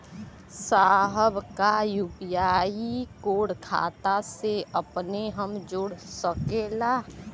साहब का UPI code खाता से अपने हम जोड़ सकेला?